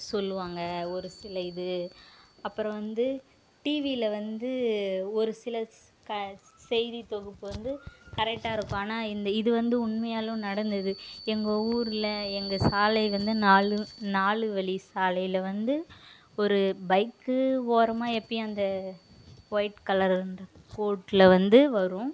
சொல்லுவாங்க ஒரு சில இது அப்றம் வந்து டிவியில் வந்து ஒரு சில க செய்தித்தொகுப்பு வந்து கரெட்டாக இருக்கும் ஆனால் இந்த இது வந்து உண்மையாலும் நடந்தது எங்கே ஊரில் எங்கள் சாலை வந்து நாலு நாலு வழி சாலையில் வந்து ஒரு பைக்கு ஓரமாக எப்போயும் அந்த ஒய்ட் கலர்ருன்ற கோடில் வந்து வரும்